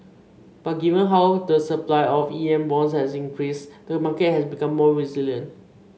but given how the supply of E M bonds has increased the market has become more resilient